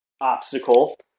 obstacle